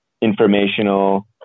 informational